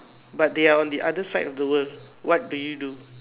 but they are on the other side of the world what do you do